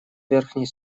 верхней